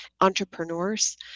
entrepreneurs